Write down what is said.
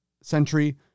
Century